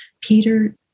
Peter